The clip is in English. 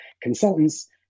consultants